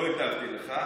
לא הטפתי לך.